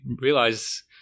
realize